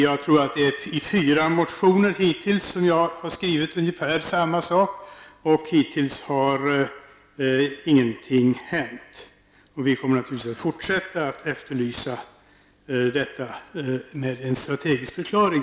Jag tror att det är i fyra motioner hittills som jag har skrivit ungefär samma sak, och hittills har ingenting hänt. Vi kommer naturligtvis att fortsätta att efterlysa en strategisk förklaring.